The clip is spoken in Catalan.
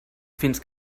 fins